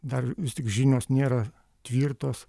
dar vis tik žinios nėra tvirtos